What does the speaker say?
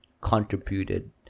contributed